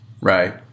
Right